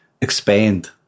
expand